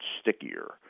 stickier